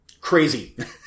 crazy